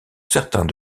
certains